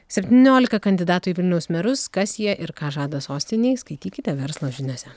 septyniolika kandidatų į vilniaus merus kas jie ir ką žada sostinei skaitykite verslo žiniose